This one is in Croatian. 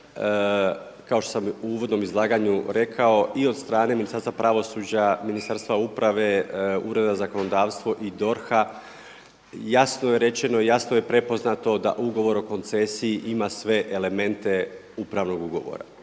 kao što sam u uvodnom izlaganju rekao i od srane Ministarstva pravosuđa, Ministarstva uprave, Ureda za zakonodavstvo i DORH-a jasno je rečeno, jasno je prepoznato da Ugovor o koncesiji ima sve elemente upravnog ugovora.